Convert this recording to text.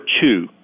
two